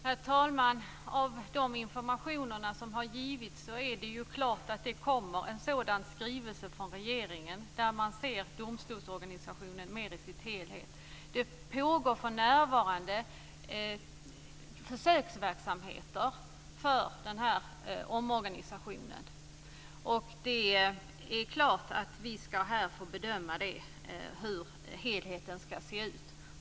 Herr talman! Av den information som har givits framgår att det kommer en skrivelse från regeringen där man ser domstolsorganisationen mer i dess helhet. Det pågår för närvarande försöksverksamheter för den här omorganisationen, och det är klart att vi här ska få bedöma hur helheten ska se ut.